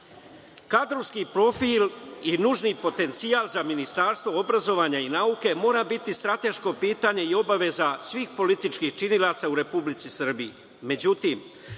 profil i nužni potencijal za Ministarstvo obrazovanja i nauke mora biti strateško pitanje i obaveza svih političkih činilaca u Republici